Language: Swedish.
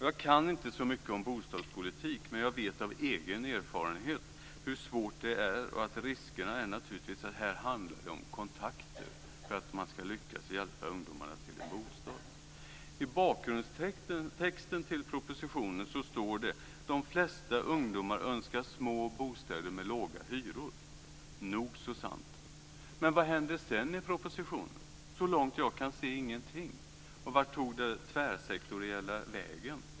Jag kan inte så mycket om bostadspolitik. Men jag vet av egen erfarenhet hur svårt det är. Risken är här att det naturligtvis handlar om kontakter för att man ska lyckas hjälpa ungdomarna till en bostad. I bakgrundstexten till propositionen står: De flesta ungdomar önskar små bostäder med låga hyror. Nog så sant. Men vad händer sedan i propositionen? Så långt jag kan se ingenting. Vart tog det tvärsektoriella vägen?